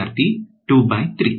ವಿದ್ಯಾರ್ಥಿ 23